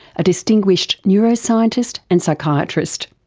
a distinguished neuroscientist and psychiatrist.